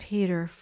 Peter